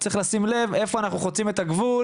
וצריך לשים לב איפה אנחנו חוצים את הגבול